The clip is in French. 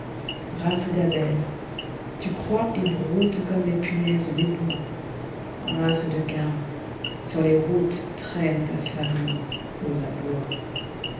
race d'abel tu crois et broutescomme les punaises des boisi race de caïn sur les routestraîne ta famille aux abois